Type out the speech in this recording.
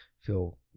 feel